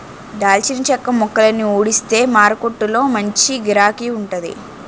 దాల్చిన చెక్క మొక్కలని ఊడిస్తే మారకొట్టులో మంచి గిరాకీ వుంటాది